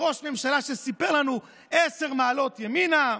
ראש ממשלה שסיפר לנו על עשר מעלות ימינה?